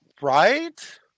Right